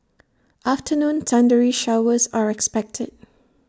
afternoon thundery showers are expected